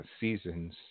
Seasons